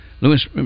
Lewis